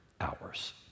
hours